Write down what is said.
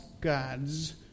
gods